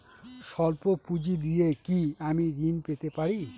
সল্প পুঁজি দিয়ে কি আমি ঋণ পেতে পারি?